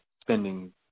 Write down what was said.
spending